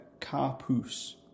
carpus